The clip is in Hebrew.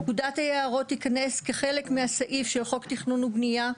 פקודת היערות תיכנס כחלק מהסעיף של חוק תכנון ובנייה,